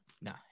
No